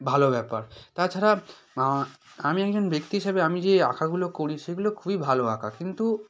ভালো ব্যাপার তাছাড়া আমি একজন ব্যক্তি হিসেবে আমি যে আঁকাগুলো করি সেগুলো খুবই ভালো আঁকা কিন্তু